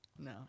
No